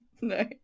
No